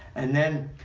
and then,